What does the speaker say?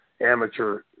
amateur